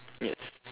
ya